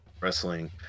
wrestling